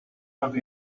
have